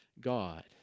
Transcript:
God